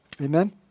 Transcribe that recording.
Amen